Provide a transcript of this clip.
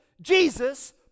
Jesus